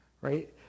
Right